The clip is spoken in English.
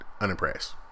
unimpressed